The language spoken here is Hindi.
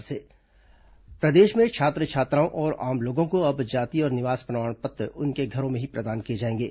जाति प्रमाण पत्र प्रदेश में छात्र छात्राओं और आम लोगों को अब जाति और निवास प्रमाण पत्र उनके घरों में ही प्रदान किए जाएंगे